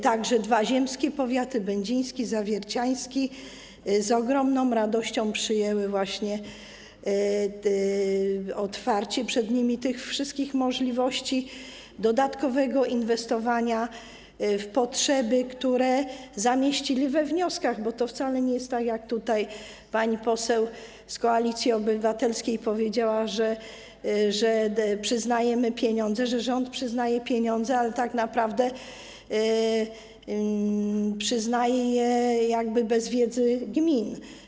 Także dwa ziemskie powiaty, będziński i zawierciański, z ogromną radością przyjęły właśnie otwarcie przed nimi tych wszystkich możliwości dodatkowego inwestowania na rzecz potrzeb, które zamieściły we wnioskach, bo to wcale nie jest tak, jak tutaj pani poseł z Koalicji Obywatelskiej powiedziała, że przyznajemy pieniądze, że rząd przyznaje pieniądze, ale tak naprawdę przyznaje je jakby bez wiedzy gmin.